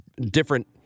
different